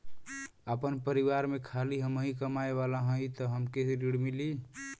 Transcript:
आपन परिवार में खाली हमहीं कमाये वाला हई तह हमके ऋण मिली?